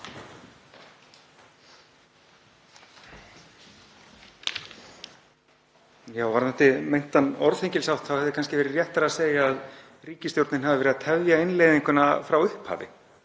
Já, varðandi meintan orðhengilshátt þá hefði kannski verið réttara að segja að ríkisstjórnin hafi verið að tefja innleiðinguna frá upphafi